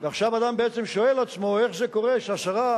ועכשיו אדם בעצם שואל עצמו: איך זה קורה שעשרה